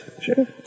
sure